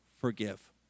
Forgive